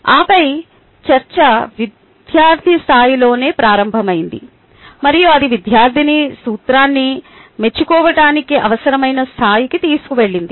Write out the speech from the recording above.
ఆపై చర్చ విద్యార్థి స్థాయిలోనే ప్రారంభమైంది మరియు అది విద్యార్థిని సూత్రాన్ని మెచ్చుకోవటానికి అవసరమైన స్థాయికి తీసుకువెళ్ళింది